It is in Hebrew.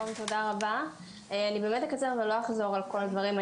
אני אקצר ולא אחזור על הדברים.